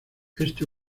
este